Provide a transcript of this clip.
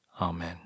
Amen